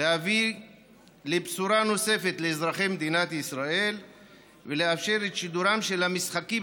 להביא בשורה נוספת לאזרחי מדינת ישראל ולאפשר את שידורם של המשחקים